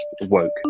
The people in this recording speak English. woke